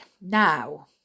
Now